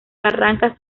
barrancas